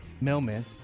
mailman